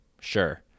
Sure